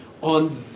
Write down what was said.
On